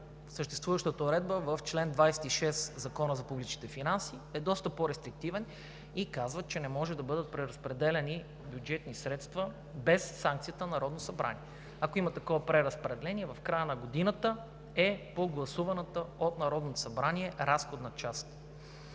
съществуващата уредба в чл. 26 на Закона за публичните финанси е доста по-рестриктивна и казва, че не може да бъдат преразпределяни бюджетни средства без санкцията на Народното събрание. Ако има такова преразпределение в края на годината е по гласуваната от Народното събрание разходна част.